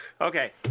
Okay